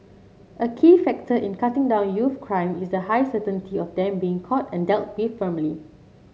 a key factor in cutting down youth crime is the high certainty of them being caught and dealt with firmly